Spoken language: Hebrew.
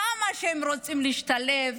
כמה שהם רוצים להשתלב,